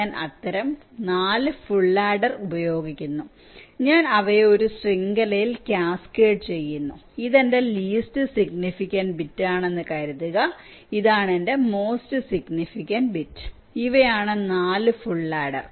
ഞാൻ അത്തരം 4 full adder ഉപയോഗിക്കുന്നു ഞാൻ അവരെ ഒരു ശൃംഖലയിൽ കാസ്കേഡ് ചെയ്യുന്നു ഇത് എന്റെ ലീസ്റ് സിഗ്നിഫിക്കന്റ് ബിറ്റ് ആണെന്ന് കരുതുക ഇതാണ് എന്റെ മോസ്റ്റ് സിഗ്നിഫിക്കന്റ് ബിറ്റ് ഇവയാണ് 4 ഫുൾ ആഡർ